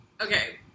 okay